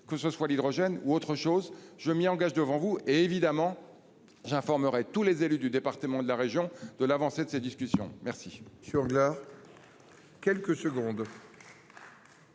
que ce soit sur l'hydrogène ou sur autre chose. Je m'y engage devant vous. Et évidemment, j'informerai tous les élus du département et de la région de l'avancée de ces discussions. La